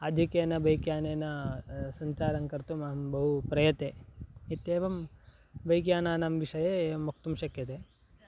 आधिक्येन बैक्यानेन सञ्चारं कर्तुम् अहं बहु प्रयते इत्येवं बैक्यानानां विषये एवं वक्तुं शक्यते